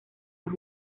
más